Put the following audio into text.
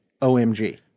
OMG